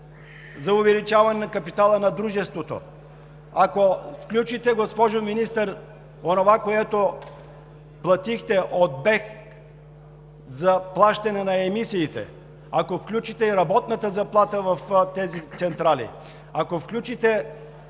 увеличаване на капитала на дружеството? Ако включите, госпожо Министър, онова, което платихте от БЕХ за плащане на емисиите, ако включите и работната заплата в тези централи, ако включите